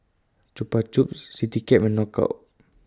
Chupa Chups Citycab and Knockout